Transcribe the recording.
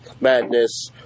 Madness